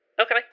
Okay